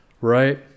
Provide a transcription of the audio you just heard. right